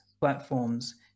platforms